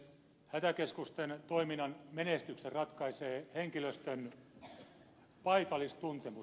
hätäkeskusten toiminnan menestyksen ratkaisee henkilöstön paikallistuntemus